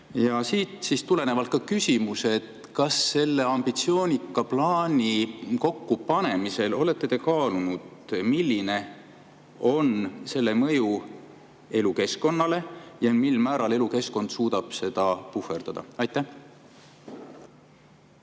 Siit tulenevalt on küsimus selline, kas selle ambitsioonika plaani kokkupanemisel olete te kaalunud, milline on selle mõju elukeskkonnale ja mil määral elukeskkond suudab seda puhverdada? Hea